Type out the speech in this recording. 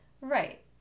Right